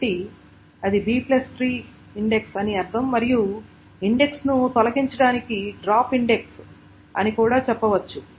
కాబట్టి అది B tree index అని అర్థం మరియు ఇండెక్స్ను తొలగించడానికి డ్రాప్ ఇండెక్స్ అని కూడా చెప్పవచ్చు